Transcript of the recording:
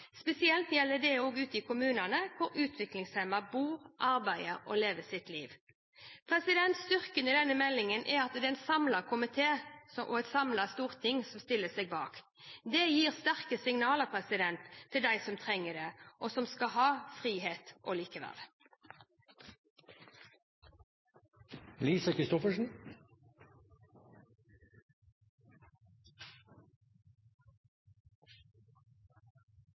Spesielt gjelder det også ute i kommunene hvor utviklingshemmede bor, arbeider og lever sitt liv. Styrken i denne meldingen er at det er en samlet komité og et samlet storting som stiller seg bak den. Det gir sterke signaler til de som trenger det, og som skal ha frihet og